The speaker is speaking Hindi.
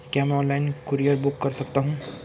क्या मैं ऑनलाइन कूरियर बुक कर सकता हूँ?